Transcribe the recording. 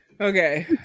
Okay